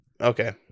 Okay